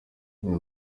aya